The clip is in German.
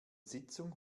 sitzung